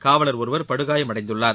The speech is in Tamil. காவலர் ஒருவர் படுகாயம் அடைந்துள்ளார்